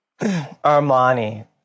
Armani